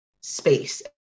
space